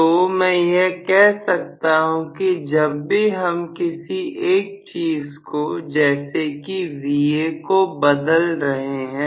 तो मैं यह कह सकता हूं कि जब भी हम किसी एक चीज को जैसे कि Va कब बदल रहे हैं